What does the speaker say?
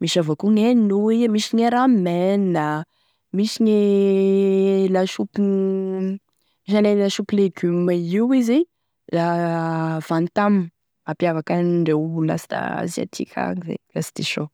misy avao koa gne nouilles, misy gne ramen, misy gne lasopy ne misy gne lasopy legioma io izy, van tam mampiavaka andreo lasta asiatique agny zay la tsy diso iaho.